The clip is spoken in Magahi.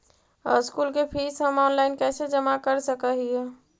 स्कूल के फीस हम ऑनलाइन कैसे जमा कर सक हिय?